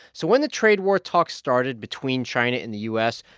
so when the trade war talks started between china and the u s,